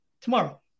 tomorrow